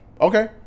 Okay